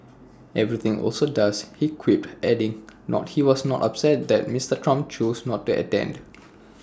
everything also does he quipped adding he was not upset that Mister Trump chose not to attend